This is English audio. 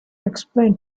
explain